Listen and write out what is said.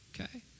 okay